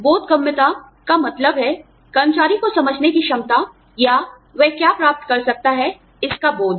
बोधगम्यता का मतलब है कर्मचारी की समझने की क्षमता या वह क्या प्राप्त कर सकता है इसका बोध